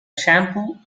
shampoo